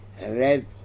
red